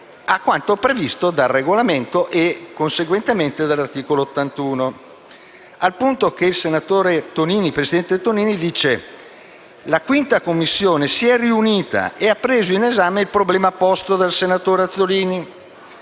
a quanto previsto dal Regolamento e conseguentemente dall'articolo 81. Al punto che il presidente Tonini dice che la 5a Commissione si è riunita e ha preso in esame il problema posto dal senatore Azzollini,